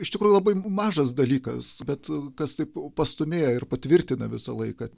iš tikrųjų labai mažas dalykas bet kas taip pastūmėja ir patvirtina visą laiką